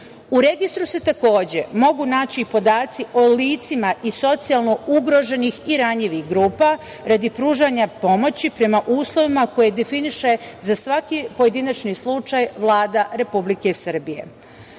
registru se takođe mogu naći i podaci o licima iz socijalno ugroženih i ranjivih grupa radi pružanja pomoći prema uslovima koje definiše za svaki pojedinačni slučaj Vlada Republike Srbije. Takođe,